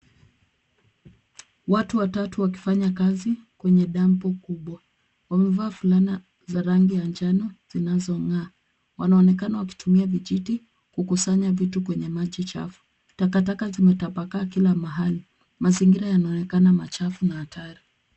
Watu watatu wakifanya kazi kwenye dampu kubwa. Wamevaa fulana za rani ya njano zinazong'aa. Wanaonekana wakitumia vijiti kukusanya vitu kwenye maji chafu. Takataka zimetapaka kila mahali. Mazingira yanaonekana machafu na hatari.